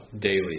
daily